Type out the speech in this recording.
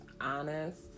honest